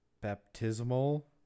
baptismal